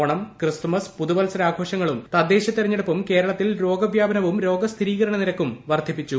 Onam Christmas പുതുവത്സര ആഘോഷങ്ങളും തദ്ദേശ തെരഞ്ഞെടുപ്പും കേരളത്തിൽ രോഗവൃാപനവും രോഗസ്ഥിരീകരണ നിരക്കും വർധിപ്പിച്ചു